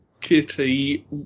kitty